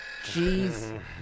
jeez